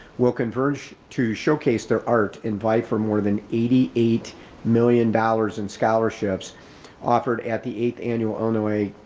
will converge to showcase their art invite for more than eighty eight million dollars in scholarships offered at the eighth annual onaway,